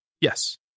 Yes